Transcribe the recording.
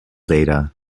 data